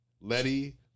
Letty